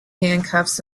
handcuffs